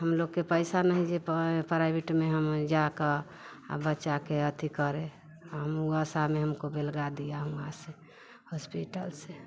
हम लोग के पईसा नहीं जे पराईवेट में हम जाकर बच्चा के अति करे हम ऊ आसा में बेलगा दिया वहाँ से होस्पिटल से